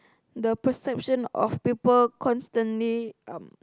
the perception of people constantly um